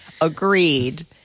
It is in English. Agreed